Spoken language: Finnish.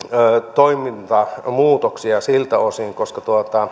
toimintamuutoksia koska